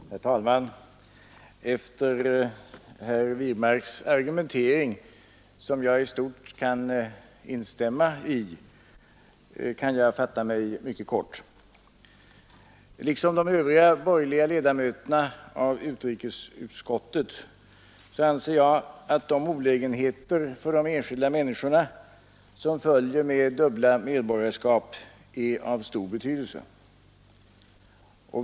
Herr talman! Efter herr Wirmarks argumentering, som jag i stort sett kan instämma i, kan jag fatta mig mycket kort. Liksom de övriga borgerliga ledamöterna av utrikesutskottet anser jag att de olägenheter för de enskilda människorna som följer med dubbla medborgarskap är av stor betydelse.